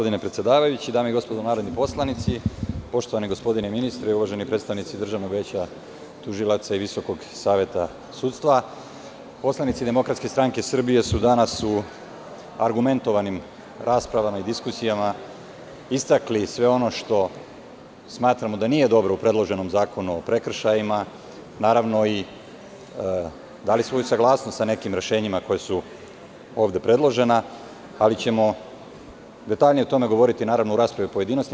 Dame i gospodo narodni poslanici, poštovani gospodine ministre i uvaženi predstavnici Državnog veća tužilaca i Visokog saveta sudstva, poslanici DSS su danas u argumentovanim raspravama, diskusijama istakli sve ono što smatramo da nije dobro u predloženom Zakonu o prekršajima, naravno i dali svoju saglasnost sa nekim rešenjima koja su ovde predložena, ali ćemo detaljnije o tome govoriti u raspravi u pojedinostima.